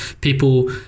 people